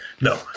no